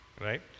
right